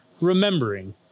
remembering